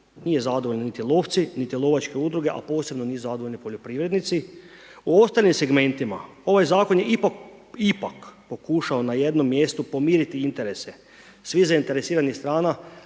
Nisu zadovoljni niti lovci, niti lovačke udruge a posebno nisu zadovoljni poljoprivrednici, u ostalim segmentima ovaj Zakon je ipak, ipak pokušao na jednom mjestu pomiriti interese svih zainteresiranih strana.